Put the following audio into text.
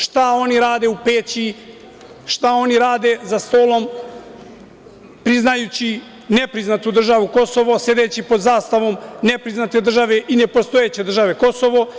Šta oni rade u Peći, šta oni rade za stolom priznajući nepriznatu državu Kosovo, sedeći pod zastavom nepriznate i nepostojeće države Kosovo?